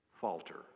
falter